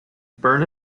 burn